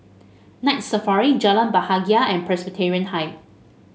Night Safari Jalan Bahagia and Presbyterian High